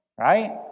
right